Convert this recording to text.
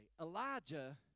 Elijah